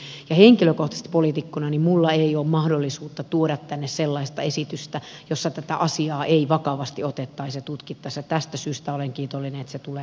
henkilökohtaisesti poliitikkona minulla ei ole mahdollisuutta tuoda tänne sellaista esitystä jossa tätä asiaa ei vakavasti otettaisi ja tutkittaisi ja tästä syystä olen kiitollinen että se tulee mukaan